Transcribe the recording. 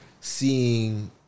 seeing